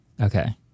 okay